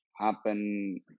happen